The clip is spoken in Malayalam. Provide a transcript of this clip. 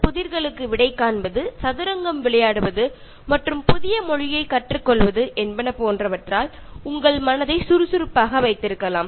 ഉദാഹരണത്തിന് പസിലിനു ഉത്തരം കണ്ടെത്തുകയോ പുതിയ ഭാഷ പഠിക്കുകയോ ഒക്കെ ചെയ്തു കൊണ്ട് നിങ്ങളുടെ മനസ്സിനെ വളരെ കാര്യക്ഷമമാക്കാവുന്നതാണ്